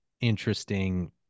Interesting